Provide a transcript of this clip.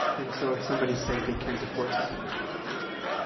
and so if somebody says they can't afford something, they can't afford something.